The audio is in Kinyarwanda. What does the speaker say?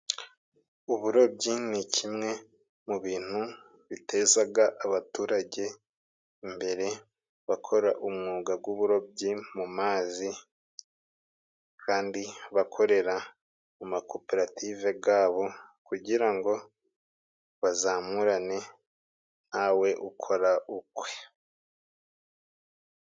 Uburobyi ni kimwe mu bintu bitezaga abaturage imbere bakora umwuga guburobyi mu mazi kandi bakorera mu makoperative gabo kugira ngo bazamurane nta we ukora ukwe.